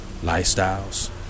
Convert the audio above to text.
lifestyles